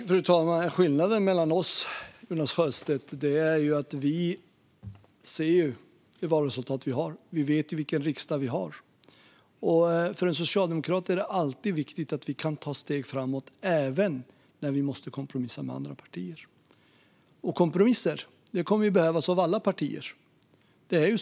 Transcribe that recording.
Fru talman! Skillnaden mellan oss, Jonas Sjöstedt, är att vi socialdemokrater ser det valresultat vi har och vet vilken riksdag vi har. För oss är det alltid viktigt att vi kan ta steg framåt även när vi måste kompromissa med andra partier. Och kompromisser kommer att krävas av alla partier.